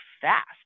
fast